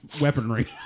weaponry